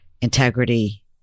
integrity